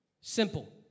Simple